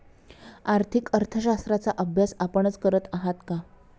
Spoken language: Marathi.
आर्थिक अर्थशास्त्राचा अभ्यास आपणच करत आहात का?